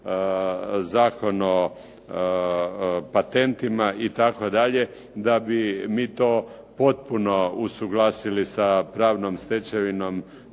Zakon o patentima itd. da bi mi to potpuno usuglasili sa pravnom stečevinom